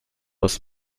was